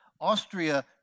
Austria